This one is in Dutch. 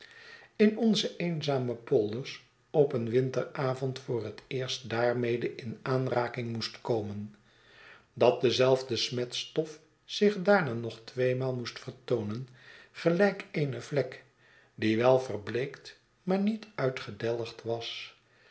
in onze eenzame polders op een winteravond voor het eerst daarmede in aanraking moest komen dat dezelfde smetstof zich daarna nog tweemaal moest vertoonen gelijk eene vlek die wel verbleekt maar niet uitgedelgd was